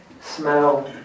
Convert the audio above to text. smell